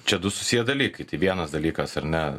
čia du susiję dalykai tai vienas dalykas ar ne